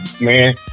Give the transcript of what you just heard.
man